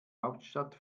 hauptstadt